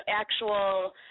actual